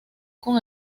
con